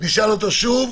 נשאל אותו שוב?